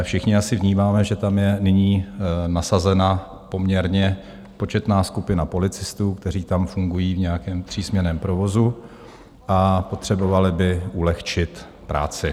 Všichni asi vnímáme, že tam je nyní nasazena poměrně početná skupina policistů, kteří tam fungují v nějakém třísměnném provozu a potřebovali by ulehčit práci.